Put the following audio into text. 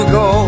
go